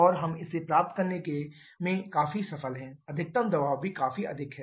और हम इसे प्राप्त करने में काफी सफल हैं अधिकतम दबाव भी काफी अधिक है